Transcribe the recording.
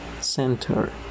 Center